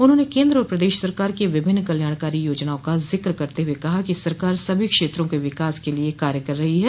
उन्होंने केन्द्र और प्रदेश सरकार की विभिन्न कल्याणकारी योजनाओं का जिक्र करते हुए कहा कि सरकार सभी क्षेत्रों के विकास के लिए कार्य कर रही है